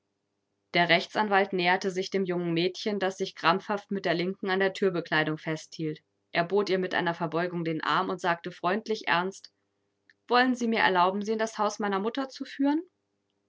der rechtsanwalt näherte sich dem jungen mädchen das sich krampfhaft mit der linken an die thürbekleidung festhielt er bot ihr mit einer verbeugung den arm und sagte freundlich ernst wollen sie mir erlauben sie in das haus meiner mutter zu führen